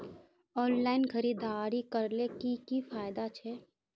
Online खरीदारी करले की की फायदा छे?